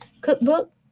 Cookbook